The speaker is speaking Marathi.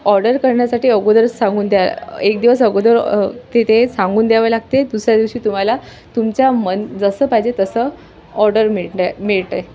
ऑर्डर करण्यासाठी अगोदर सांगून द्या एक दिवस अगोदर तिथे सांगून द्यावे लागते दुसऱ्या दिवशी तुम्हाला तुमच्या मन जसं पाहिजे तसं ऑर्डर मिळतं मिळत आहे